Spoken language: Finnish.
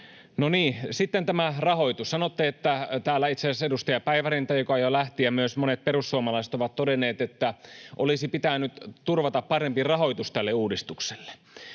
sitten tämä rahoitus: Täällä itse asiassa edustaja Päivärinta, joka jo lähti, ja myös monet perussuomalaiset ovat todenneet, että olisi pitänyt turvata parempi rahoitus tälle uudistukselle.